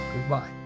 Goodbye